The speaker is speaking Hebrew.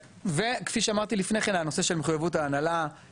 וכפי שאמרתי לפני כן, הנושא של מחויבות ההנהלה.